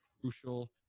crucial